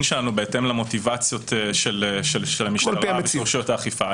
שלנו בהתאם למוטיבציות של המשטרה ושל רשויות האכיפה.